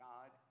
God